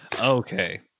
Okay